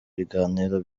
biganiro